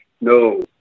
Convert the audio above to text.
no